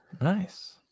nice